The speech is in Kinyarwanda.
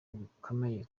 bikomeje